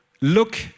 look